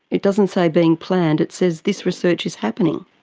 it doesn't say being planned, it says this research is happening.